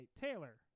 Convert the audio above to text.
Taylor